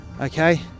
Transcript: okay